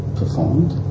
performed